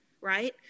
right